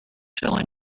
telling